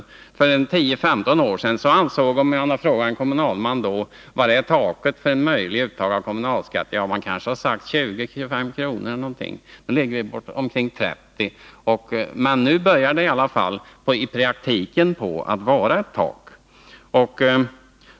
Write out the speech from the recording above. När man för 10-15 år sedan frågade en kommunalman var han ansåg att taket låg för ett möjligt uttag av kommunalskatten, svarade han 20 kr., kanske 25 kr. Nu ligger vi omkring 30 kr. men det börjar i alla fall i praktiken på att vara ett tak.